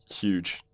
huge